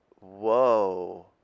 Whoa